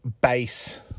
base